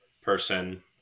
person